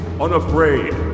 unafraid